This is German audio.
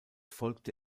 folgte